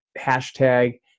hashtag